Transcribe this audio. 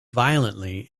violently